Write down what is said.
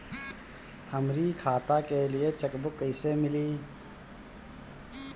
हमरी खाता के लिए चेकबुक कईसे मिली?